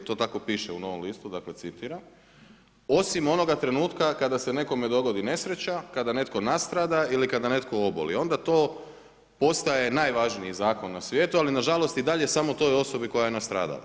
To tako piše u Novom listu, dakle citiram, osim onoga trenutka kada se nekome dogodi nesreća, kada netko nastrada, ili kada netko oboli onda to postaje najvažniji zakon na svijetu ali na žalost i dalje samo toj osobi koja je nastradala.